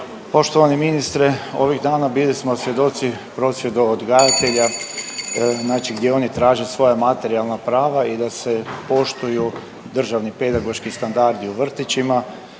Poštovani ministre, ovih dana bili smo svjedoci prosvjeda odgajatelja znači gdje oni traže svoja materijalna prava i da se poštuju Državni pedagoški standardi u vrtićima.